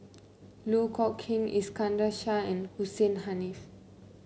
Loh Kok King Iskandar Shah and Hussein Haniff